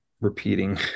repeating